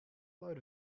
load